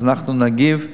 אז אנחנו נגיב.